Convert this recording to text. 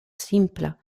simpla